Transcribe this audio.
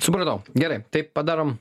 supratau gerai tai padarom